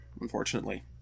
unfortunately